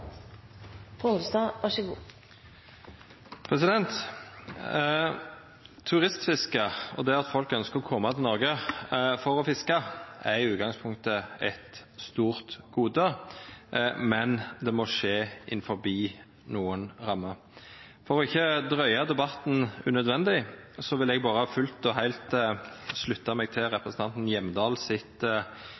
det at folk ønskjer å koma til Noreg for å fiska, er i utgangspunktet eit stort gode, men det må skje innanfor nokre rammer. For ikkje å dra ut debatten unødvendig vil eg berre fullt og heilt slutta meg til innlegget frå representanten Hjemdal